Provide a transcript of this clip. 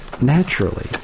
naturally